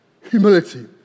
humility